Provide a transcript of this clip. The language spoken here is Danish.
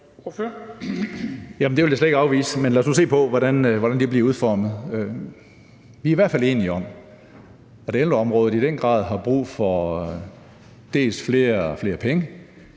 Det vil jeg slet ikke afvise, men lad os nu se på, hvordan det bliver udformet. Vi er i hvert fald enige om, at ældreområdet i den grad har brug for dels flere penge,